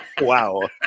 wow